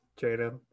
Jaden